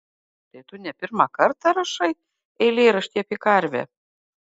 tai tu ne pirmą kartą rašai eilėraštį apie karvę